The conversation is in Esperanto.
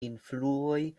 influoj